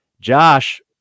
josh